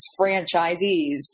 franchisees